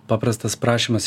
paprastas prašymas